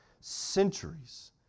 centuries